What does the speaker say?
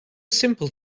simple